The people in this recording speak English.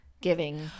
giving